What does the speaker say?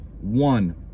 One